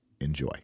Enjoy